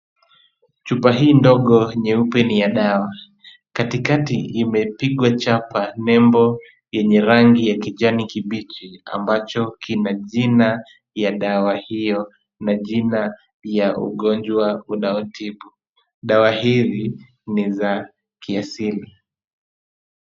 Chupa hii ndogo nyeupe ni ya dawa. Katikati imepigwa chapa nembo yenye rangi ya kijani kibichi ambayo ina jina ya dawa hiyo na jina ya ugonjwa unaotibu. Dawa hizi ni za kiasili.